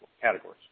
categories